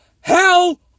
hell